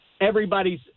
everybody's